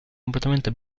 completamente